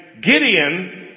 Gideon